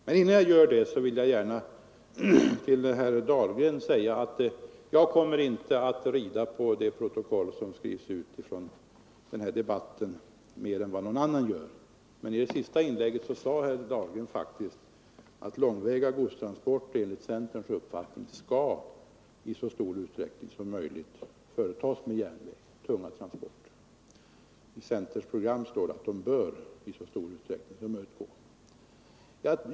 Men innan jag gör det vill jag till herr Dahlgren säga att jag inte mer än någon annan kommer att rida på det protokoll som skrivs ut från denna debatt — men i sitt senaste anförande uttalade faktiskt herr Dahlgren att tunga långväga godstransåorter enligt centerns uppfattningi så stor utsträckning som möjligt skall företas med järnväg. I centerns program står det att de i så stor utsträckning som möjligt bör företas med järnväg.